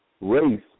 race